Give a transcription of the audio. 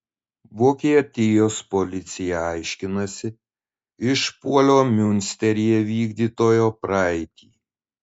vokietijos policija aiškinasi išpuolio miunsteryje vykdytojo praeitį